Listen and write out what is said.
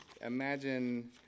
imagine